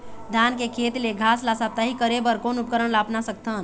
धान के खेत ले घास ला साप्ताहिक करे बर कोन उपकरण ला अपना सकथन?